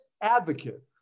advocate